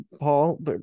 paul